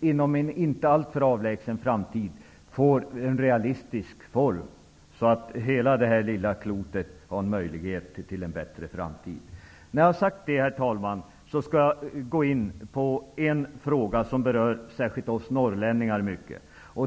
inom en inte alltför avlägsen framtid skall få en realistisk form, så att hela det här lilla klotet får en möjlighet till en bättre framtid. När jag sagt detta, herr talman, skall jag gå in på en fråga som berör särskilt oss norrlänningar.